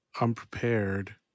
unprepared